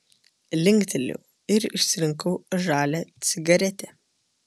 linktelėjau ir išsirinkau žalią cigaretę